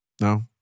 No